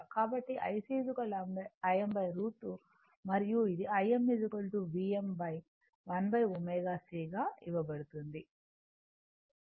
కాబట్టి IC Im √ 2 మరియు ఇది Im Vm1ω C గా ఇవ్వబడుతుంది